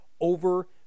over